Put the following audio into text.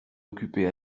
occupé